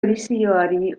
edizioari